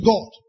God